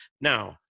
Now